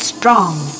Strong